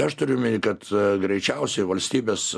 aš turiu omeny kad greičiausiai valstybės